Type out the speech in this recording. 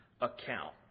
account